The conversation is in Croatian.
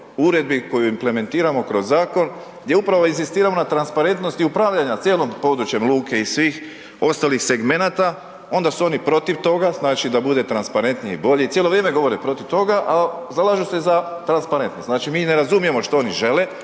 uredbi koju implementiramo kroz zakon gdje upravo inzistiramo na transparentnosti upravljanja cijelom područjem luke i svih ostalih segmenata, onda su oni protiv toga znači da bude transparentnije i bolje i cijelo vrijeme govore protiv toga, a zalažu se za transparentnost. Znači mi ne razumijemo što oni žele